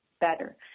better